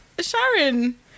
Sharon